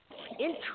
Interesting